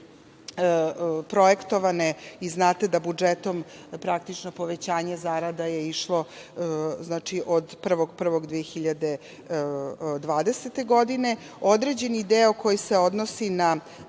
projektovane i znate da budžetom, praktično, povećanje zarada je išlo od 1. januara 2020. godine, određeni deo koji se odnosi na